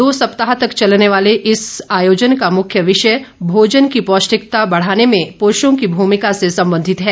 दो सप्ताह तक चलने वाले इस आयोजन का मुख्य विंषय भोजन की पौष्टिकता बढ़ाने में पुरुषों की भूमिका से संबंधित है